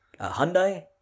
Hyundai